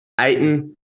Aiton